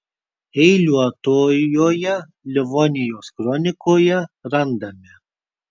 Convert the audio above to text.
eiliuotojoje livonijos kronikoje randame